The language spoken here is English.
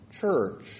church